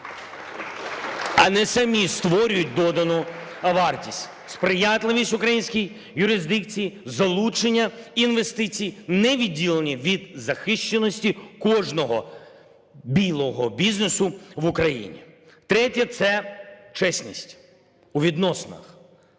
А не самі створюють додану вартість. Сприятливість українській юрисдикції, залучення інвестицій, не відділені від захищеності кожного білого бізнесу в Україні. Третє. Це чесність у відносинах